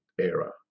era